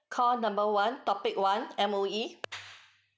call number one topic one M_O_E